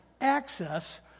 access